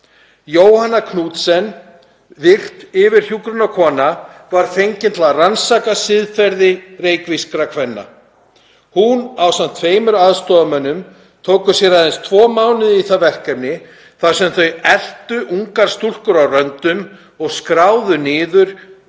Jóhanna Knudsen, virt yfirhjúkrunarkona, var fengin til að rannsaka siðferði reykvískra kvenna. Hún ásamt tveimur aðstoðarmönnum tók sér aðeins tvo mánuði í það verkefni þar sem þau eltu ungar stúlkur á röndum og skráðu niður